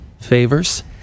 favors